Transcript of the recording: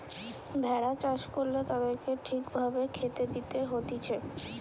ভেড়া চাষ করলে তাদেরকে ঠিক ভাবে খেতে দিতে হতিছে